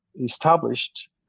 established